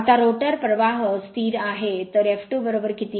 आता रोटर प्रवाह स्थिर आहे तर f2 किती